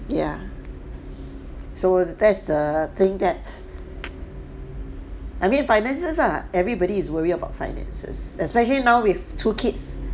ya so that's the thing that I mean finances are everybody is worried about finances especially now with two kids